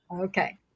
Okay